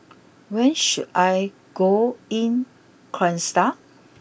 where should I go in Kyrgyzstan